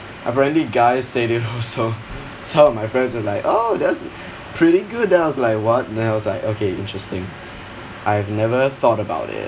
apparently guys said it also some of my friends were like oh that's pretty good then I was like what then I was like okay interesting I've never thought about it